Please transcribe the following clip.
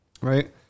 right